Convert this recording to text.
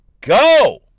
go